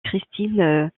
christine